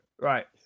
right